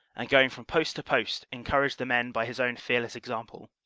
and going from post to post encouraged the men by his own fearless example.